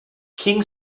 king